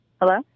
Hello